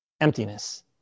emptiness